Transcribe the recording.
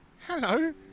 Hello